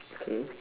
K